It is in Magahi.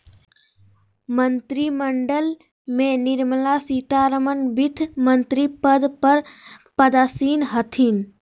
मंत्रिमंडल में निर्मला सीतारमण वित्तमंत्री पद पर पदासीन हथिन